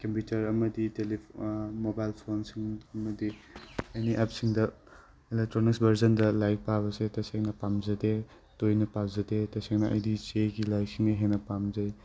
computer ꯑꯃꯗꯤ mobile ꯐꯣꯟꯁꯤꯡ ꯑꯃꯗꯤ ꯑꯦꯅꯤ ꯑꯦꯞꯁꯤꯡꯗ ꯑꯦꯂꯦꯛꯇ꯭ꯔꯣꯅꯤꯛꯁ ꯚꯔꯖꯟꯗ ꯂꯥꯏꯔꯤꯛ ꯄꯥꯕꯁꯦ ꯇꯁꯦꯡꯅ ꯄꯥꯝꯖꯗꯦ ꯇꯣꯏꯅ ꯄꯖꯗꯦ ꯇꯁꯦꯡꯅ ꯑꯩꯗꯤ ꯆꯦꯒꯤ ꯂꯥꯏꯔꯤꯛꯁꯤꯡꯅ ꯍꯦꯟꯅ ꯄꯥꯝꯖꯩ